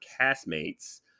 castmates